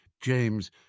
James